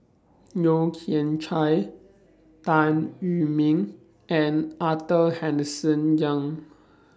Yeo Kian Chye Tan Wu Meng and Arthur Henderson Young